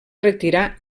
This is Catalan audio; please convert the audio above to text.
retirar